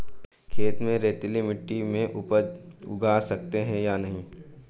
खेत में रेतीली मिटी में उपज उगा सकते हैं या नहीं?